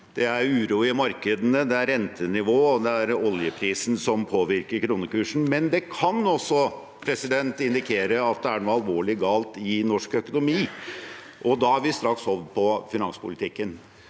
Det er uro i markedene, det er rentenivået, og det er oljeprisen som påvirker kronekursen, men det kan også indikere at det er noe alvorlig galt i norsk økonomi. Da er vi straks over på finanspolitikken.